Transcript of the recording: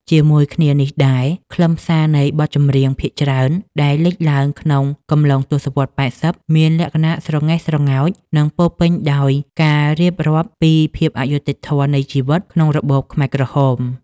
ជាមួយគ្នានេះដែរ ខ្លឹមសារនៃបទចម្រៀងភាគច្រើនដែលលេចឡើងក្នុងកំឡុងទសវត្សរ៍ ៨០ មានលក្ខណៈស្រងែស្រងោច និងពោរពេញដោយការរៀបរាប់ពីភាពអយុត្តិធម៌នៃជីវិតក្នុងរបបខ្មែរក្រហម។